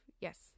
Yes